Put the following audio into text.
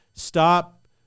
Stop